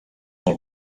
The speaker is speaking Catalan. molt